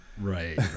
Right